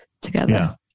together